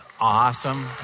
Awesome